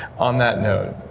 on that note,